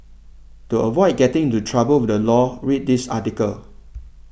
to avoid getting into trouble with the law read this article